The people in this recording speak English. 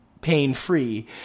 pain-free